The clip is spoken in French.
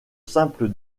simple